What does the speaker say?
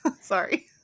sorry